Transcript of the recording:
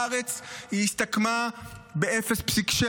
בארץ היא הסתכמה ב-0.7%.